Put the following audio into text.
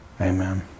Amen